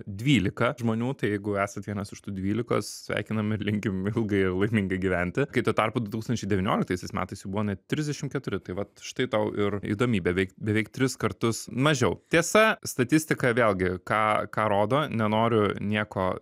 dvylika žmonių tai jeigu esat vienas iš tų dvylikos sveikiname ir linkim ilgai laimingai gyventi kai tuo tarpu du tūkstančiai devyniolikataisiais metais jų buvo net trisdešim keturi tai vat štai tau ir įdomybė veik beveik tris kartus mažiau tiesa statistika vėlgi ką ką rodo nenoriu nieko